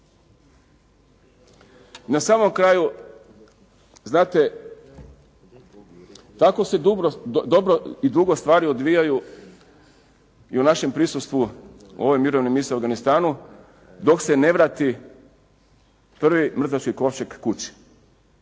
Na samom kraju znate kako se dobro i dugo stvari odvijaju i u našem prisustvu ove Mirovne misije u Afganistanu, dok se ne vrati prvi mrtvački kovčeg kući.